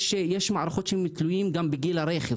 יש מערכות שתלויות גם בגיל הרכב.